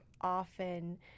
often